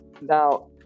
now